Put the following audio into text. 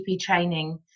training